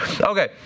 okay